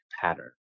pattern